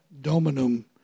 Dominum